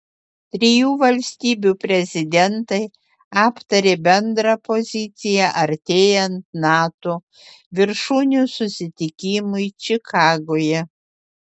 trijų valstybių prezidentai aptarė bendrą poziciją artėjant nato viršūnių susitikimui čikagoje